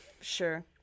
Sure